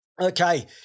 Okay